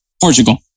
Portugal